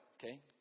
okay